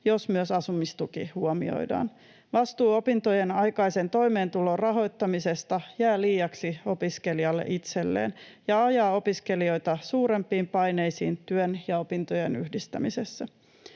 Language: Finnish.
jos myös asumistuki huomioidaan. Vastuu opintojen aikaisen toimeentulon rahoittamisesta jää liiaksi opiskelijalle itselleen ja ajaa opiskelijoita suurempiin paineisiin työn ja opintojen yhdistämisessä.